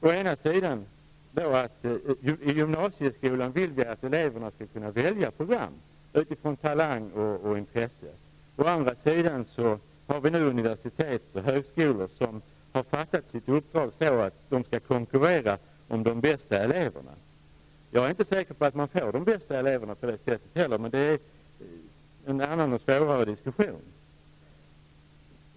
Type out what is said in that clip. Å ena sidan vill vi att eleverna i gymnasieskolan skall kunna välja program utifrån talang och intresse, å andra sidan finns det universitet och högskolor som har fattat sitt uppdrag så att de skall konkurrera om de bästa eleverna. Jag är heller inte säker på att man får de bästa eleverna på det sättet, men det är en annan och svårare diskussion.